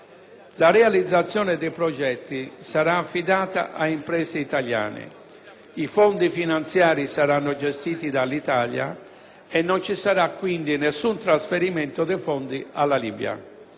La realizzazione dei progetti sarà affidata a imprese italiane. I fondi finanziari saranno gestiti dall'Italia e non ci sarà quindi alcun trasferimento di fondi alla Libia.